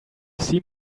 seem